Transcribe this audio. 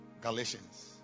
Galatians